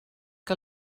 que